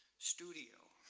studio,